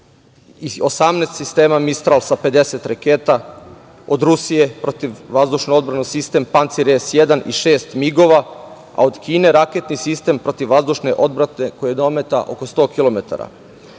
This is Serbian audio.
18 sistema Mistral sa pedeset raketa, od Rusije protiv-vazdušni sistem Pancir S1 i šest migova, a od Kine raketni sistem protiv-vazdušne odbrane koji je dometa oko sto